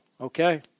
okay